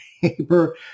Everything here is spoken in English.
paper